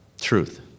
Truth